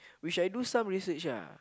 which I do some research lah